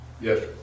Yes